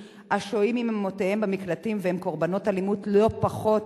השוהים עם אמם במקלט והם קורבנות אלימות ולא פחות